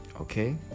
okay